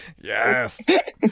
yes